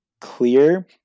clear